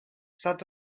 sat